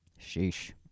Sheesh